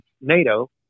NATO